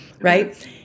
right